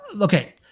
Okay